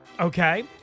okay